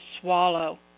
swallow